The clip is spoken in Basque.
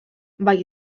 bai